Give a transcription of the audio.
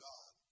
God